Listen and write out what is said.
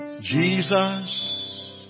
Jesus